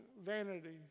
vanity